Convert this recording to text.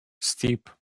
steep